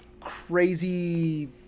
crazy